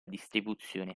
distribuzione